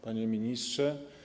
Panie Ministrze!